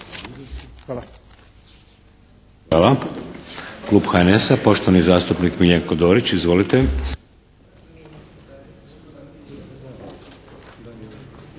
(HDZ)** Hvala. Klub HNS-a, poštovani zastupnik Miljenko Dorić. Izvolite!